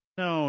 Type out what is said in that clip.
no